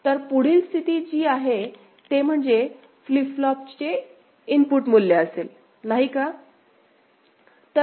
तर पुढील स्थिती जे आहे ते म्हणजे फ्लिप फ्लॉपचे इनपुट मूल्य असेल नाही का